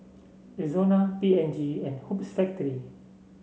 Rexona P and G and Hoops